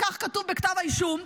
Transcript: כך כתוב בכתב האישום,